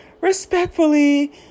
respectfully